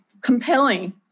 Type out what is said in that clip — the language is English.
compelling